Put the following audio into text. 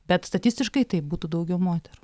bet statistiškai tai būtų daugiau moterų